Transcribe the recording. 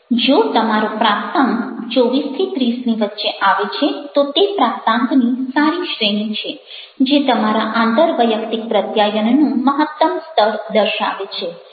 જો તમારો પ્રાપ્તાંક 24 30 ની વચ્ચે આવે છે તો તે પ્રાપ્તાંકની સારી શ્રેણી છે જે તમારા આંતરવૈયક્તિક પ્રત્યાયનનું મહત્તમ સ્તર દર્શાવે છે